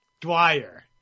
Dwyer